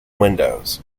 windows